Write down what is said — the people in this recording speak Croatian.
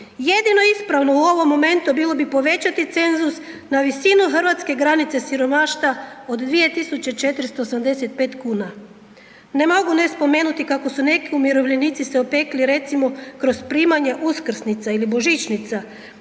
Jedino ispravo u ovom momentu bilo bi povećati cenzus na visinu hrvatske granice siromaštva od 2.485,00 kn. Ne mogu ne spomenuti kako su neki umirovljenici se opekli recimo kroz primanje uskrsnica ili božićnica,